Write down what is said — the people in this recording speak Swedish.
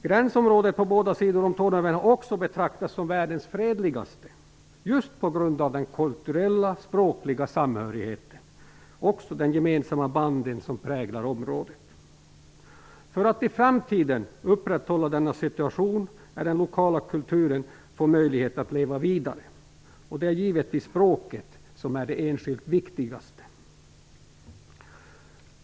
Gränsområdet på båda sidor om Torneälven har också betraktats som världens fredligaste, just på grund av den kulturella och språkliga samhörigheten och de gemensamma band som präglar området. För att i framtiden upprätthålla denna situation är det viktigt att den lokala kulturen får möjlighet att leva vidare, och det är givetvis språket som är det enskilt viktigaste.